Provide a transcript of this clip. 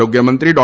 આરોગ્યમંત્રી ડૉ